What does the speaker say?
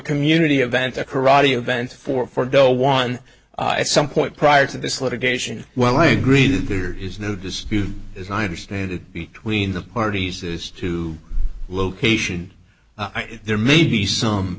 community event a karate event for for no one at some point prior to this litigation well i agree that there is no dispute as i understand it between the parties is to location there may be some